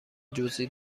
جزئی